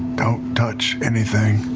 don't touch anything.